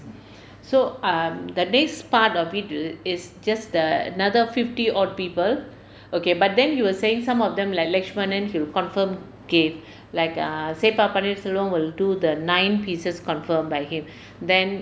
so um that this part of it is just the another fifty odd people okay but then you were saying some of them like lakshmana he will confirm gave like ah se pa paneerselvam will do the nine pieces confirmed by him then err